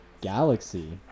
Galaxy